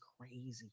crazy